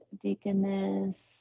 deaconess